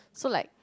so like